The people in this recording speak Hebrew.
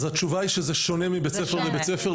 אז התשובה היא שזה שונה מבית ספר לבית ספר,